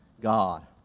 God